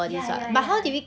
ya ya ya